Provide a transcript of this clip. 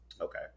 Okay